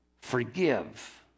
forgive